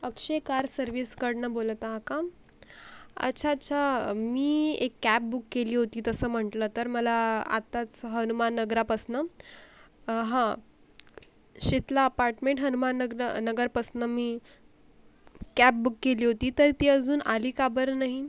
अक्षय car सर्विसकडून बोलत आहा का अच्छा अच्छा मी एक कॅब बुक केली होती तसं म्हटलं तर मला आताच हनुमान नगरापासून हां शितला अपार्टमेंट हनुमान नगर नगरपासून मी कॅब बुक केली होती तर ती अजून आली का बरं नाही